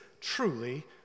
truly